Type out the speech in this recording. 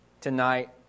tonight